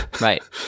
Right